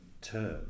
term